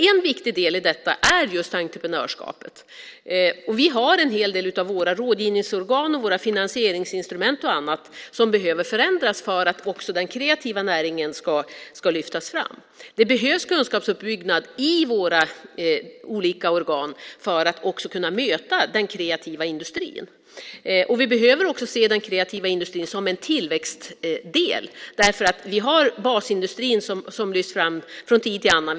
En viktig del i detta är just entreprenörskapet. En hel del av våra rådgivningsorgan och våra finansieringsinstrument behöver förändras för att den kreativa näringen ska lyftas fram. Det behövs kunskapsuppbyggnad i våra organ för att kunna möta den kreativa industrin. Vi behöver också se den kreativa industrin som en tillväxtdel. Basindustrin lyfts fram från tid till annan.